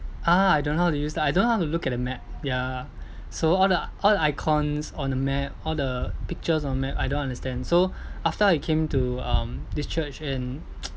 ah I don't know how to use the I don't know how to look at a map ya so all the all the icons on the map all the pictures on the map I don't understand so after I came to um this church and